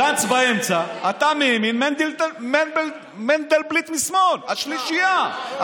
גנץ באמצע, אתה מימין, מנדלבליט משמאל, השלישייה.